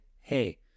hey